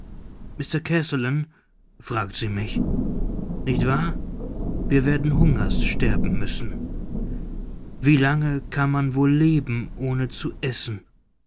mr kazallon fragt sie mich nicht wahr wir werden hungers sterben müssen wie lange kann man wohl leben ohne zu essen